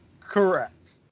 Correct